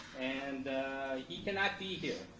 and he cannot be here.